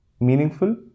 meaningful